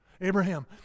Abraham